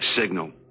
signal